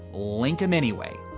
link em anyway.